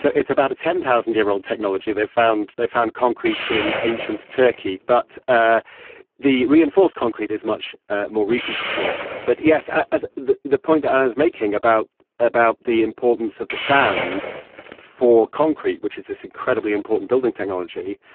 so it's about a ten thousand year old technology. they've found they found concrete in ancient turkey. but ah the reinforced concrete is much ah more recent, of course. but yes. the the point that i was making about about the importance of the sand for concrete, which is this incredibly important building technology,